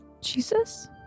jesus